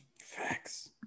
Facts